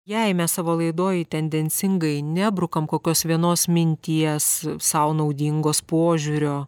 jei mes savo laidoj tendencingai nebrukam kokios vienos minties sau naudingos požiūrio